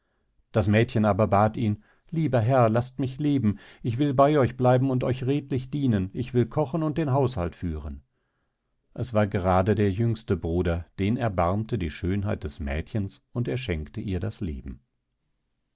das mädchen aber bat ihn lieber herr laßt mich leben ich will bei euch bleiben und euch redlich dienen ich will kochen und den haushalt führen es war gerade der jüngste bruder den erbarmte die schönheit des mädchens und er schenkte ihr das leben